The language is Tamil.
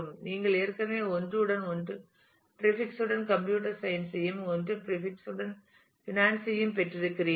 நீங்கள் ஏற்கனவே 1 உடன் 1 பிரீபிக்ஸ் உடன் கம்ப்யூட்டர் சயின்ஸ் யையும் 1 பிரீபிக்ஸ் உடன் ஃபைனான்ஸ் யையும் பெற்றிருக்கிறீர்கள்